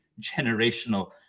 generational